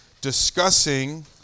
discussing